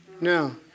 No